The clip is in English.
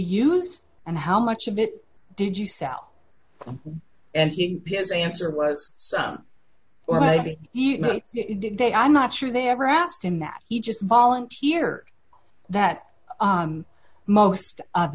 used and how much of it did you sell and he has answered was some you know they i'm not sure they ever asked him that he just volunteered that most of